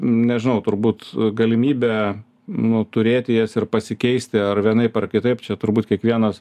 nežinau turbūt galimybę nu turėti jas ir pasikeisti ar vienaip ar kitaip čia turbūt kiekvienas